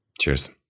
Cheers